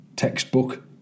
textbook